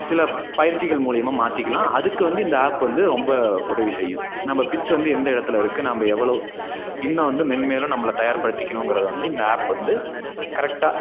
சில பயிற்சிகள் மூலிமா மாற்றிக்கலாம் அதுக்கு வந்து இந்த ஆப் வந்து ரொம்ப உதவி செய்யும் நம்ம பிட்ச் வந்து எந்த இடத்துல இருக்குது நம்ம எவ்வளோ இன்னும் வந்து மென்மேலும் நம்மளை தயார்படுத்திக்கணுங்கிறத வந்து இந்த ஆப் வந்து கரெக்டாக